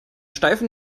steifen